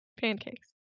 pancakes